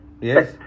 Yes